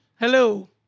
Hello